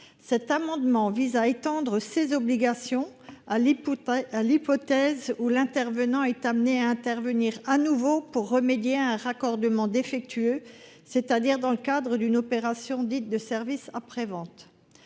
Cet amendement vise à étendre ces obligations à l'hypothèse où ce dernier est amené à intervenir de nouveau pour réparer un raccordement défectueux, c'est-à-dire dans le cadre d'une opération dite de service après-vente.